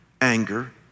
anger